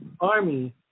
army